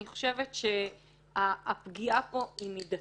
אני חושבת שהפגיעה פה היא מידתית: